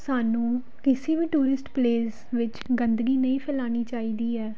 ਸਾਨੂੰ ਕਿਸੇ ਵੀ ਟੂਰਿਸਟ ਪਲੇਸ ਵਿੱਚ ਗੰਦਗੀ ਨਹੀਂ ਫੈਲਾਉਣੀ ਚਾਹੀਦੀ ਹੈ